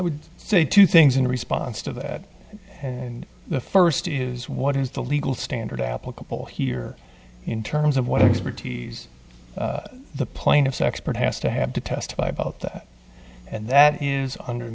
would say two things in response to that and the first is what is the legal standard applicable here in terms of what expertise the plaintiffs expert has to have to testify about that and that is